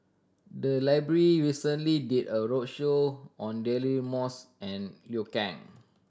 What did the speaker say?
the library recently did a roadshow on Daily Moss and Liu Kang